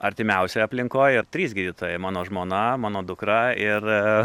artimiausioj aplinkoj trys gydytojai mano žmona mano dukra ir